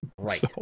Right